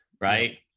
right